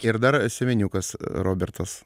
ir dar suveniukas robertas